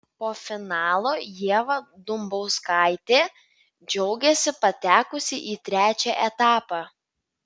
po finalo ieva dumbauskaitė džiaugėsi patekusi į trečią etapą